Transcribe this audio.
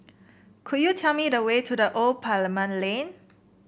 could you tell me the way to The Old Parliament Lane